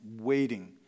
waiting